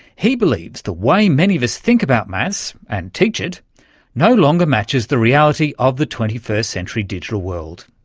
he believes the way many of us think about maths and teach it no longer matches the reality of the twenty first century digital world.